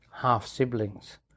half-siblings